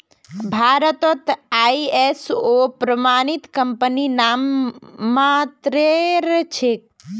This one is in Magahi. भारतत आई.एस.ओ प्रमाणित कंपनी नाममात्रेर छेक